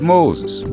Moses